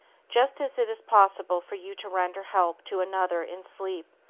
just as it is possible for you to render help to another in sleep,